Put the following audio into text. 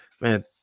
man